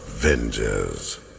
Avengers